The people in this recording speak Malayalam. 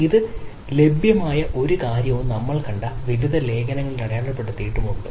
ഇത് ലഭ്യമായ ഒരു കാര്യവും നമ്മൾ കണ്ട വിവിധ ലേഖനങ്ങളിൽ അടയാളപ്പെടുത്തിയിട്ടും ഉണ്ട്